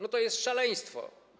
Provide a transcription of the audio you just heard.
No to jest szaleństwo.